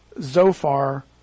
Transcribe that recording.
Zophar